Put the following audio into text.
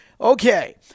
Okay